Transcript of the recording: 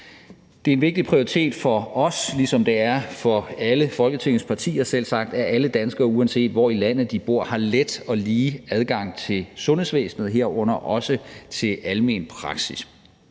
Det er en vigtig prioritet for os, ligesom det selvsagt er for alle Folketingets partier, at alle danskere, uanset hvor i landet de bor, har let og lige adgang til sundhedsvæsenet, herunder også til almen praksis.